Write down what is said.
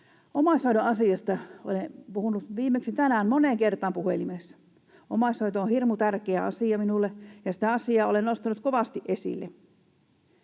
Omaishoidon asiasta olen puhunut viimeksi tänään moneen kertaan puhelimessa. Omaishoito on hirmu tärkeä asia minulle, ja sitä asiaa olen nostanut kovasti esille.